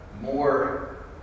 more